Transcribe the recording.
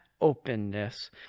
openness